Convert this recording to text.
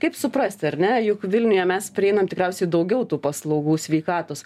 kaip suprasti ar ne juk vilniuje mes prieinam tikriausiai daugiau tų paslaugų sveikatos